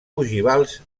ogivals